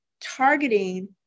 targeting